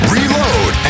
Reload